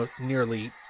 nearly